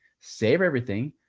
save everything,